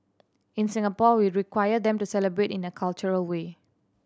in Singapore we require them to celebrate in a cultural way